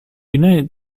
united